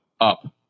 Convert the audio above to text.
up